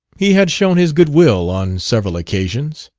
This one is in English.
he had shown his good will on several occasions